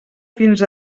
fins